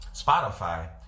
Spotify